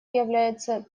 является